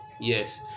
Yes